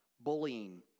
bullying